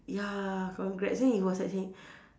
ya congrats then he was like saying